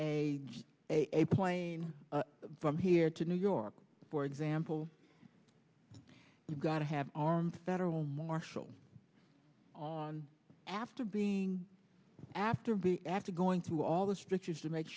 a a plane from here to new york for example you've got to have armed federal marshal on after being after b after going through all the strictures to make